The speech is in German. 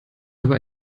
aber